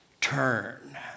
turn